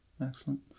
excellent